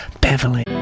Beverly